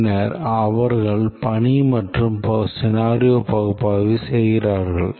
பின்னர் அவர்கள் பணி மற்றும் scenario பகுப்பாய்வு செய்கிறார்கள்